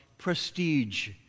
prestige